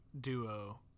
duo